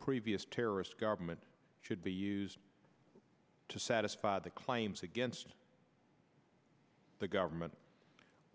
previous terrorist government should be used to satisfy the claims against the government